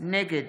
נגד